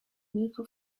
mirco